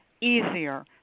easier